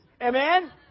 Amen